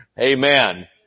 Amen